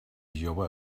jove